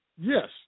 Yes